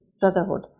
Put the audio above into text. Brotherhood